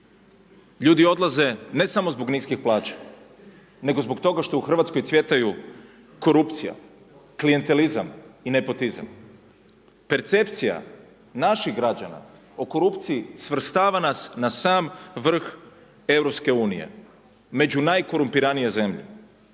Ljudi odlaze ne samo zbog niskih plaća, nego zbog toga što u Hrvatskoj cvjetaju korupcija, klijentelizam i nepotizam. Percepcija naših građana o korupciji svrstava nas na sam vrh Europske unije među najkorumpiranije zemlje.